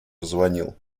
позвонил